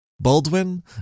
Baldwin